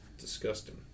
disgusting